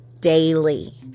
daily